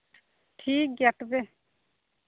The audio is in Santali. ᱴᱷᱤᱠ ᱜᱮᱭᱟ ᱛᱚᱵᱮ